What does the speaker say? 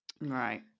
Right